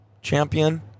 champion